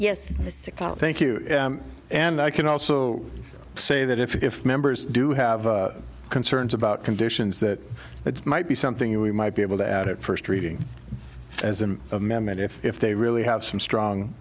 yes thank you and i can also say that if members do have concerns about conditions that might be something we might be able to add at first reading as an amendment if they really have some strong